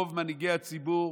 רוב מנהיגי הציבור